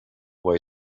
way